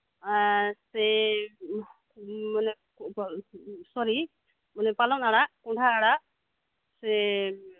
ᱥᱮ ᱢᱟᱱᱮ ᱥᱚᱨᱤ ᱯᱟᱞᱚᱱ ᱟᱲᱟᱜ ᱠᱚᱸᱰᱦᱟ ᱟᱲᱟᱜ ᱥᱮ